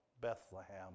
Bethlehem